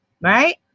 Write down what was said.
right